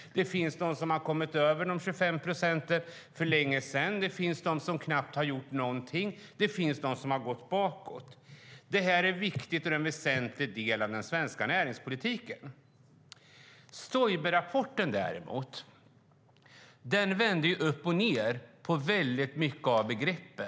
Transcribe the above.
Det finns de som har kommit över de 25 procenten för länge sedan, det finns de som knappt har gjort någonting och det finns de som har gått bakåt. Detta är viktigt och en väsentlig del av den svenska näringspolitiken. Stoiberrapporten vände upp och ned på många begrepp.